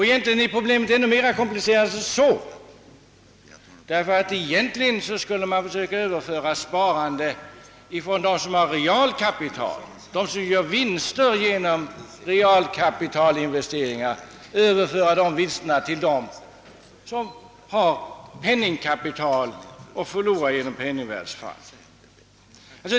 Egentligen är problemet ännu mera komplicerat än så, ty rätteligen borde man väl försöka föra över pengar från dem, som gör vinster av realkapitalinvesteringar, till de människor som får sitt kapital minskat på grund av penningvärdefallet.